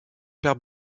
père